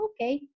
okay